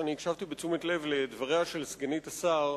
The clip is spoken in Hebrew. הקשבתי בתשומת לב לדבריה של סגנית השר,